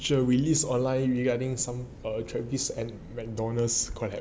which are released online regarding some err attractive and Mcdonald's correct